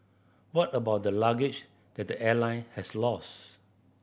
what about the luggage that the airline has lost